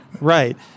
right